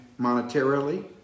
monetarily